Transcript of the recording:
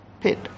pit